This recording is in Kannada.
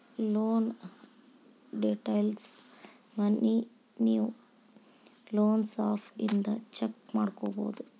ಲೋನ್ ಡೇಟೈಲ್ಸ್ನ ಮನಿ ವಿವ್ ಲೊನ್ಸ್ ಆಪ್ ಇಂದ ಚೆಕ್ ಮಾಡ್ಕೊಬೋದು